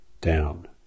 down